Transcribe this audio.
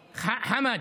חמד,